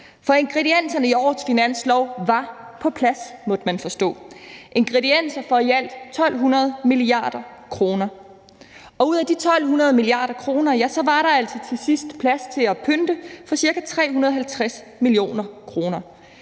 For ingredienserne i årets finanslov var på plads, måtte man forstå – ingredienser for i alt 1.200 mia. kr. Og ud af de 1.200 mia. kr. var der altså til sidst plads til at pynte for ca. 350 mio. kr.;